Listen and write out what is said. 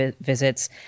visits